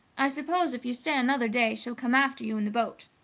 i suppose, if you stay another day, she'll come after you in the boat.